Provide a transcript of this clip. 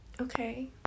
okay